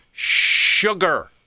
Sugar